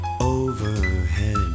overhead